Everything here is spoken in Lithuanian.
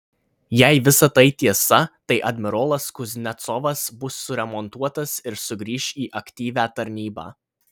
jei visa tai tiesa tai admirolas kuznecovas bus suremontuotas ir sugrįš į aktyvią tarnybą